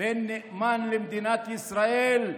בן נאמן למדינת ישראל.